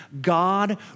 God